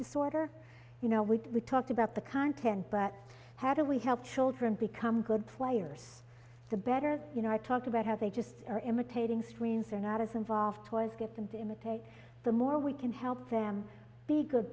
disorder you know would we talk about the content but how do we help children become good players the better you know i talk about how they just are imitating screens are not as involved was get them to imitate the more we can help them be good